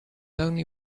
only